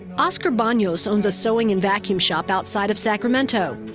oscar banos owns a sewing and vacuum shop outside of sacramento.